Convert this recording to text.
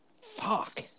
Fuck